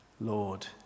Lord